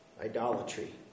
idolatry